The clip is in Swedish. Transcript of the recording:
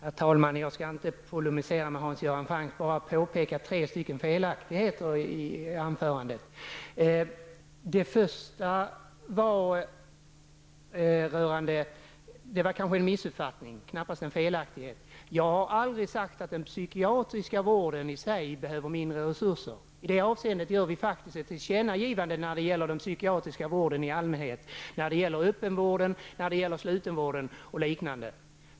Herr talman! Jag skall inte polemisera med Hans Göran Franck, bara påpeka tre felaktigheter i hans anförande. Den första kan knappast sägas vara en felaktighet utan kanske en missuppfattning. Jag har aldrig sagt att den psykiatriska vården i sig behöver mindre resurser. I det avseendet gör vi ett tillkännagivande angående den psykiatriska vården i allmänhet, öppenvården, slutenvården och liknande.